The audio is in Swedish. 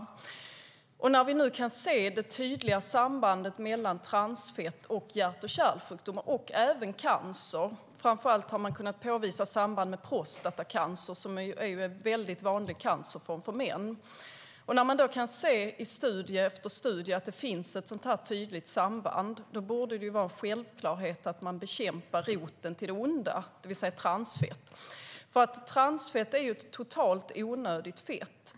När man nu i studie efter studie kan se det tydliga sambandet mellan transfett och hjärt-kärlsjukdomar och även cancer - framför allt har man kunna påvisa samband med prostatacancer som är en mycket vanlig cancerform hos män - borde det vara en självklarhet att man bekämpar roten till det onda, det vill säga transfett. Transfett är ett helt onödigt fett.